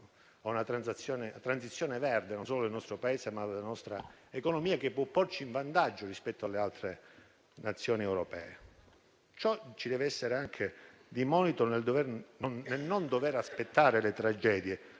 a una transizione verde, non solo del nostro Paese, ma della nostra economia, che può porci in vantaggio rispetto alle altre Nazioni europee. Ciò ci deve essere anche di monito: non dovremmo aspettare le tragedie